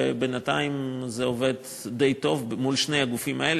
ובינתיים זה עובד די טוב מול שני הגופים האלה.